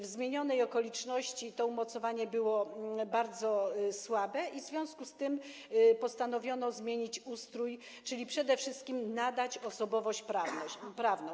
W zmienionych okolicznościach to umocowanie było bardzo słabe i w związku z tym postanowiono zmienić ustrój, czyli przede wszystkim nadać osobowość prawną.